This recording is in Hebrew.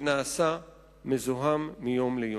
ונעשה מזוהם מיום ליום.